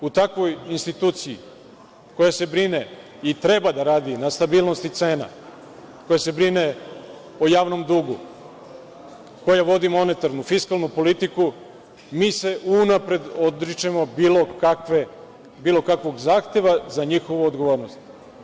U takvoj instituciji koja se brine i treba da radi na stabilnosti cena, koja se brine o javnom dugu, koja vodi monetarnu i fiskalnu politiku, mi se unapred odričemo bilo kakvog zahteva za njihovu odgovornost.